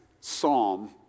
psalm